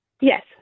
Yes